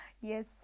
Yes